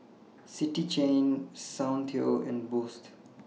City Chain Soundteoh and Boost